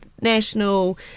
National